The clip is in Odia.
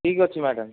ଠିକ୍ ଅଛି ମ୍ୟାଡାମ